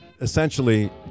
essentially